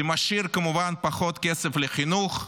זה משאיר, כמובן, פחות כסף לחינוך,